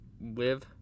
live